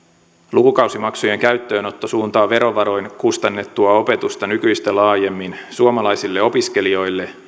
lukukausimaksujen käyttöönotto suuntaa verovaroin kustannettua opetusta nykyistä laajemmin suomalaisille opiskelijoille